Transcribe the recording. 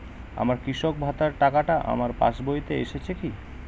আমার কৃষক ভাতার টাকাটা আমার পাসবইতে এসেছে কি?